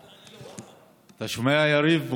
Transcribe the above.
אתה שומע, יריב?